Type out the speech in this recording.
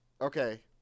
Okay